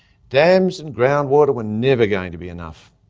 dams and groundwater were never going to be enough,